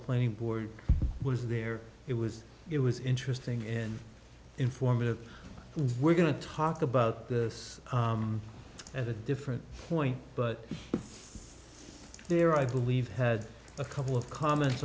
planning board was there it was it was interesting in informative we're going to talk about this at a different point but they're i believe had a couple of comments